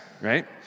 right